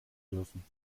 dürfen